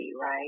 right